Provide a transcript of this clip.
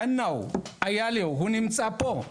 קנאיי אייליהו, הוא נמצא פה,